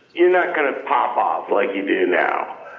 you're not going to pop up like you do now.